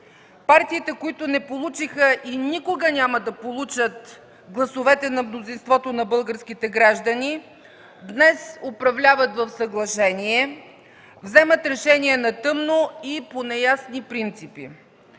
Партиите, които не получиха и никога няма да получат гласовете на мнозинството на българските граждани, днес управляват в съглашение, вземат решения на тъмно и по неясни принципи.”